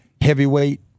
heavyweight